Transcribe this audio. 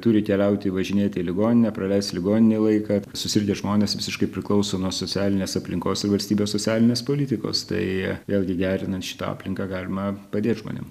turi keliauti važinėti į ligoninę praleist ligoninėj laiką susirgę žmonės visiškai priklauso nuo socialinės aplinkos ir valstybės socialinės politikos tai vėlgi gerinant šitą aplinką galima padėt žmonėm